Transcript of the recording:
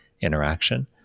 interaction